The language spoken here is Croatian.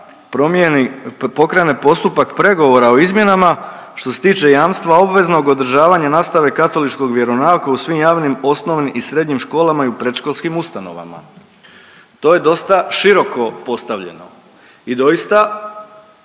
promijeni, pokrene postupak pregovora o izmjenama što se tiče jamstva obveznog održavanja nastave katoličkog vjeronauka u svim javnim osnovnim i srednjim školama i u predškolskim ustanovama. To je dosta široko postavljeno i doista